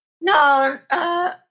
No